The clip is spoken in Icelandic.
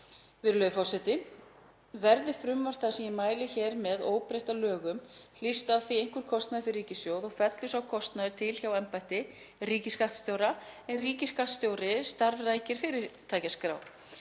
Virðulegur forseti. Verði frumvarp það sem ég mæli hér fyrir óbreytt að lögum hlýst af því einhver kostnaður fyrir ríkissjóð og fellur sá kostnaður til hjá embætti ríkisskattstjóra, en ríkisskattstjóri starfrækir fyrirtækjaskrá.